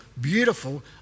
beautiful